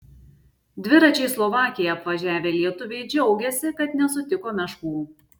dviračiais slovakiją apvažiavę lietuviai džiaugiasi kad nesutiko meškų